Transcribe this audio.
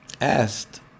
asked